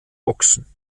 boxen